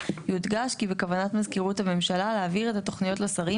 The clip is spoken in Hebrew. יודגש כי בכוונת מזכירות הממשלה להעביר את התוכניות לשרים